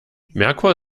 merkur